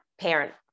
parent